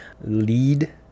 Lead